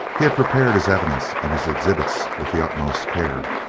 he had prepared his evidence and his exhibits with the utmost care.